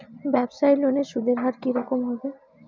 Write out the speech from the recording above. ব্যবসায়ী লোনে সুদের হার কি রকম হবে?